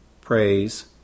praise